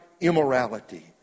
immorality